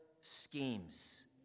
schemes